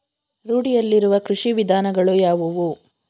ರೂಢಿಯಲ್ಲಿರುವ ಕೃಷಿ ವಿಧಾನಗಳು ಯಾವುವು?